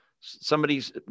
Somebody's